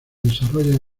desarrollan